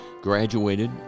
graduated